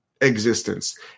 Existence